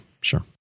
sure